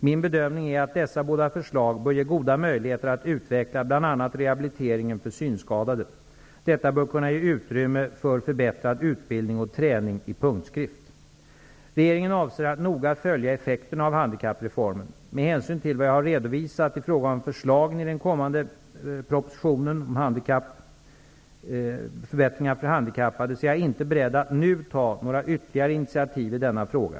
Min bedömning är att båda dessa förslag bör ge goda möjligheter att utveckla bl.a. rehabiliteringen för synskadade. Detta bör kunna ge utrymme bl.a. för förbättrad utbildning och träning i punktskrift. Regeringen avser att noga följa effekterna av handikappreformen. Med hänsyn till vad jag har redovisat i fråga om förslagen i den kommande handikappreformen, är jag inte beredd att nu ta några ytterligare initiativ i denna fråga.